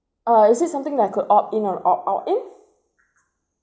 uh is it something that I could opt in or opt out in